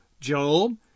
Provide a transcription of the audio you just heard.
Job